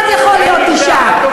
בתי-המשפט יכול להיות אישה,